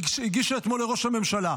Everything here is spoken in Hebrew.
שהגישה דוח אתמול לראש הממשלה,